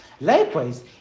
Likewise